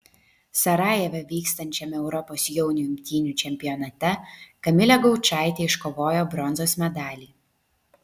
sarajeve vykstančiame europos jaunių imtynių čempionate kamilė gaučaitė iškovojo bronzos medalį